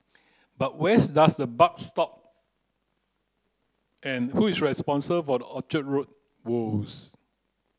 but wheres does the buck stop and who is responsible for the Orchard Road woes